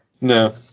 No